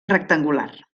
rectangular